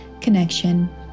connection